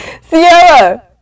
Sierra